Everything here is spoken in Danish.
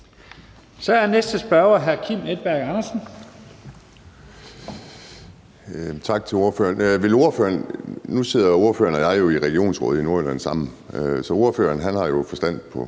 Andersen. Kl. 11:29 Kim Edberg Andersen (NB): Tak til ordføreren. Nu sidder ordføreren og jeg jo sammen i regionsrådet i Nordjylland, og ordføreren har jo forstand på